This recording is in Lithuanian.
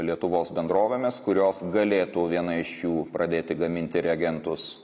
lietuvos bendrovėmis kurios galėtų viena iš jų pradėti gaminti reagentus